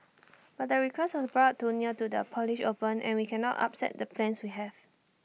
but the request was brought too near to the polish open and we cannot upset the plans we have